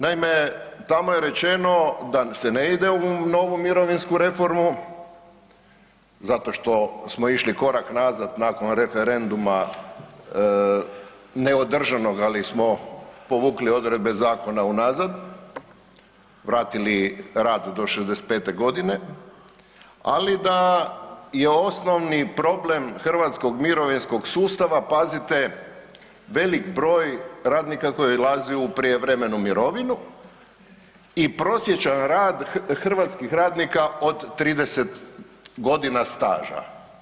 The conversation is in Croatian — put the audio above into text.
Naime, tamo je rečeno da se ne ide u novu mirovinsku reformu zato što smo išli korak nazad nakon referenduma neodržanog ali smo povukli odredbe zakona unazad, vratili rad do 65 godine, ali da je osnovni problem hrvatskog mirovinskog sustava, pazite, velik broj radnika koji odlazi u prijevremenu mirovinu i prosječan rad hrvatskih radnika od 30.g. staža.